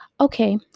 Okay